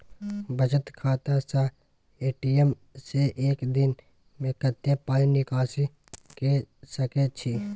बचत खाता स ए.टी.एम से एक दिन में कत्ते पाई निकासी के सके छि?